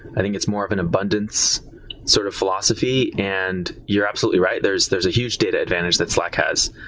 i think it's more of an abundance sort of philosophy, and you're absolutely right. there's there's a huge data advantage that slack has,